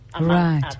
Right